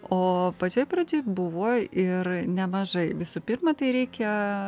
o pačioj pradžioj buvo ir nemažai visų pirma tai reikia